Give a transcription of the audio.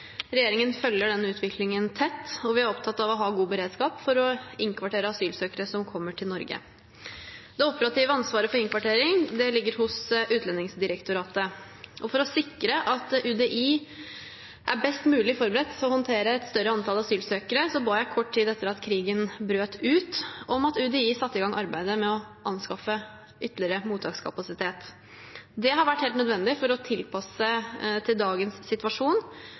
Regjeringen følger den utviklingen tett, og vi er opptatt av å ha god beredskap for å innkvartere asylsøkere som kommer til Norge. Det operative ansvaret for innkvartering ligger hos Utlendingsdirektoratet. For å sikre at UDI er best mulig forberedt til å håndtere et større antall asylsøkere, ba jeg kort tid etter at krigen brøt ut om at UDI skulle sette i gang arbeidet med å anskaffe ytterligere mottakskapasitet. Det har vært helt nødvendig for å tilpasse til dagens situasjon,